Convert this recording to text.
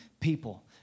people